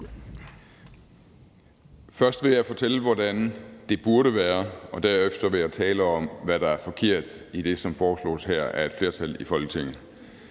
Først vil jeg fortælle, hvordan det burde være, og derefter vil jeg tale om, hvad der er forkert i det, som foreslås her af et flertal i Folketinget.